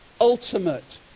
ultimate